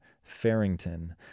Farrington